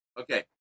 Okay